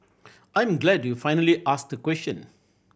I'm glad you finally asked a question